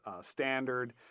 standard